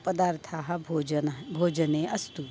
पदार्थाः भोजने भोजने अस्तु